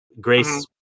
Grace